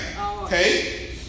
Okay